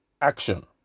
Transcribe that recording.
action